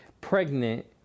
pregnant